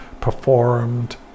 performed